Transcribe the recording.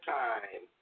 time